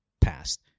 past